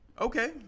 Okay